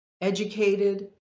educated